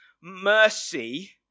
mercy